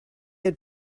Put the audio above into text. had